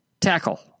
tackle